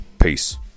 Peace